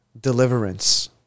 deliverance